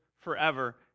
forever